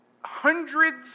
hundreds